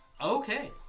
Okay